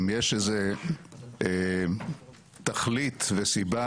אם יש איזה תכלית וסיבה